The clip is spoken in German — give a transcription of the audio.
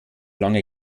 lange